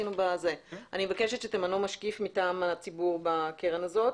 אני מבקשת שתמנו משקיף מטעם הציבור בקרן הזאת.